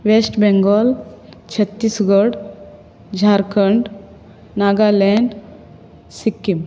waste Bengal Chhattisgarh Jharkhand Nagaland Sikkim